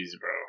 bro